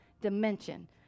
Dimension